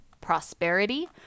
prosperity